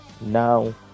Now